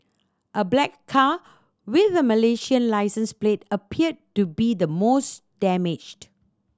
a black car with a Malaysian licence plate appeared to be the most damaged